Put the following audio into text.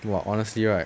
!wah! honestly right